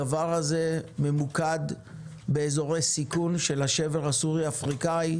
הדבר הזה ממוקד באזורי סיכון של השבר הסורי-אפריקאי.